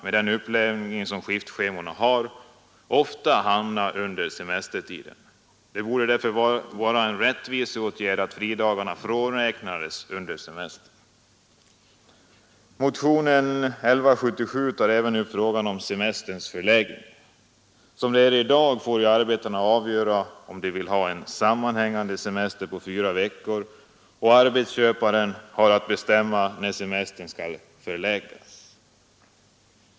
Med den uppläggning som ett skiftschema har kan fridagarna ofta hamna under semestertiden. Det borde därför vara en rättviseåtgärd att fridagarna frånräknades under semestern. Motionen 1177 tar även upp frågan om semesterns förläggning. I dag får arbetarna avgöra om de vill ha en sammanhängande semester på fyra veckor, och arbetsköparen har att bestämma när semestern skall förläggas.